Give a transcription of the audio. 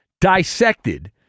dissected